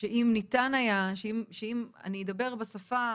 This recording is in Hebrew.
שאם אני אדבר בשפה